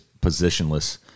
positionless